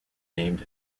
named